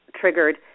triggered